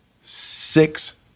six